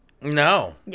No